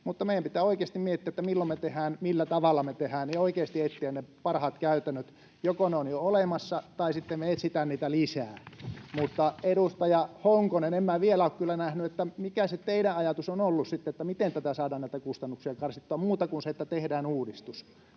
Mutta meidän pitää oikeasti miettiä, milloin me tehdään, millä tavalla me tehdään, ja oikeasti etsiä ne parhaat käytännöt. Joko ne ovat jo olemassa, tai sitten me etsitään niitä lisää. Mutta, edustaja Honkonen, en minä vielä ole kyllä nähnyt, mikä se teidän ajatus on ollut sitten, miten saadaan näitä kustannuksia karsittua — muuta kuin se, että tehdään uudistus.